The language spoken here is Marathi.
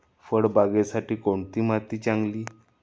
फळबागेसाठी कोणती माती चांगली?